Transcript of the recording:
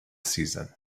season